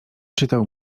czytał